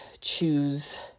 choose